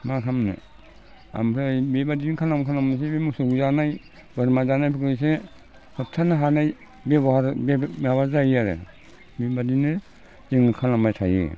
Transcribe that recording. मा खालामनो ओमफ्राय बेबायदिनो खालाम खालाम बे मोसौ जानाय बोरमा जानायफोरखौ एसे होबथानो हानाय बेबहार माबा जायो आरो बेबायदिनो जोङो खालामबाय थायो